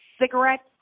cigarettes